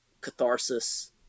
catharsis